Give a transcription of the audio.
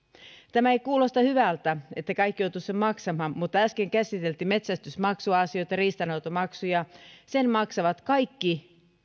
tämä ei kuulosta hyvältä että kaikki joutuisivat sen maksamaan mutta äsken käsiteltiin metsästysmaksuasioita ja riistanhoitomaksuja ja kaikki maksavat nekin